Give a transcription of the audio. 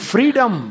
Freedom